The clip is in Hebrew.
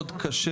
מאוד קשה